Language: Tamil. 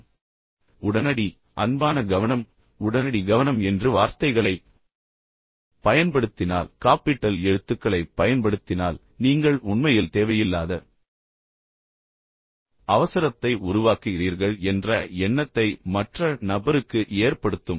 எனவே உடனடி அன்பான கவனம் உடனடி கவனம் என்று வார்த்தைகளைப் பயன்படுத்தினால் காப்பிட்டல் எழுத்துக்களைப் பயன்படுத்தினால் நீங்கள் உண்மையில் தேவையில்லாத அவசரத்தை உருவாக்குகிறீர்கள் என்ற எண்ணத்தை மற்ற நபருக்கு ஏற்படுத்தும்